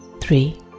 Three